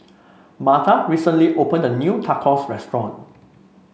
Martha recently opened a new Tacos Restaurant